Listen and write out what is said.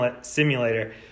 simulator